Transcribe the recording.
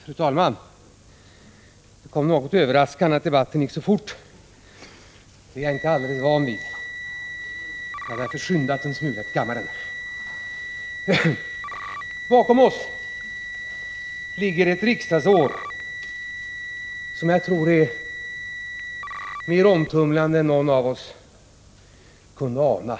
Fru talman! Det kom något överraskande att debatten gick så fort. Det är jag inte alldeles van vid; jag har skyndat mig till kammaren och är därför en smula andfådd. Bakom oss ligger ett riksdagsår som jag tror varit mer omtumlande än någon av oss kunde ana.